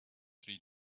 three